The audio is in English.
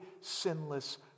sinless